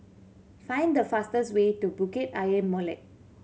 find the fastest way to Bukit Ayer Molek